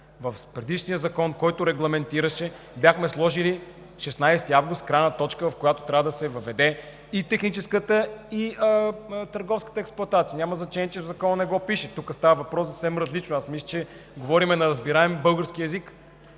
В предишния закон, който регламентираше, бяхме сложили 16 август крайна точка, в която трябва да се въведе и техническата, и търговската експлоатация – няма значение, че в Закона не го пише. Тук става въпрос за съвсем различно… Мисля, че говорим на разбираем български език